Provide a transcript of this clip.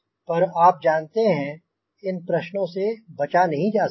पर आप जानते हैं इन प्रश्नों से बचा नहीं सकता